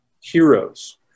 heroes